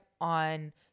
on